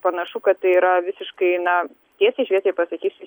panašu kad tai yra visiškai na tiesiai šviesiai pasakysiu